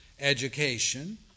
education